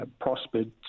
prospered